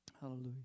Hallelujah